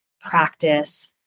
practice